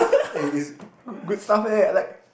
eh is good stuff eh I like